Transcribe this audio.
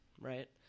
Right